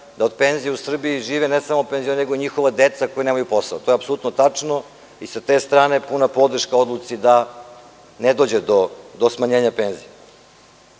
da od penzije u Srbiji žive ne samo penzioneri, nego i njihova deca koja nemaju posao. To je apsolutno tačno i sa te strane puna podrška odluci da ne dođe do smanjenja penzija. Javni